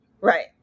right